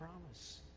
promise